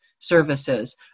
services